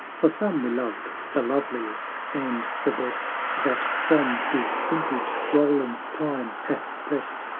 for some we loved, the loveliest and the best that from his vintage rolling time hath prest,